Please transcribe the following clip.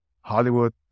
Hollywood